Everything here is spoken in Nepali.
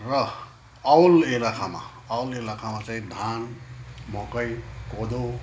र औल इलाकामा औल इलाकामा चाहिँ धान मकै कोदो